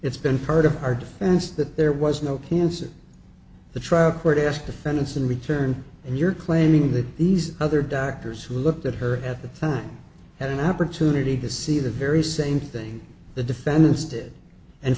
it's been part of our defense that there was no cancer the trial court asked defendants in return and you're claiming that these other doctors who looked at her at the time had an opportunity to see the very same thing the defendants did and